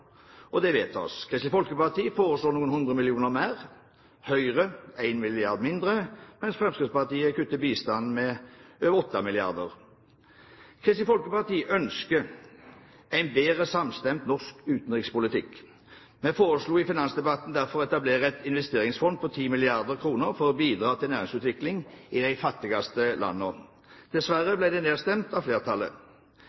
og det vedtas, Kristelig Folkeparti foreslår noen hundre millioner mer, Høyre én milliard mindre, mens Fremskrittspartiet kutter bistanden med over 8 mrd. kr. Kristelig Folkeparti ønsker en bedre samstemt norsk utviklingspolitikk. Vi foreslo i finansdebatten derfor å etablere et investeringsfond på 10 mrd. kr for å bidra til næringsutvikling i de fattigste landene. Dessverre